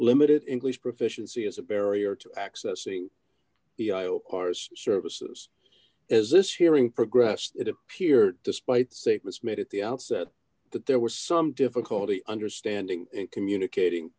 limited english proficiency as a barrier to accessing the choir's services as this hearing progressed it appeared despite statements made at the outset that there was some difficulty understanding communicating